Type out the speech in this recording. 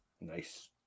nice